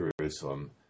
Jerusalem